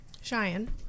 Cheyenne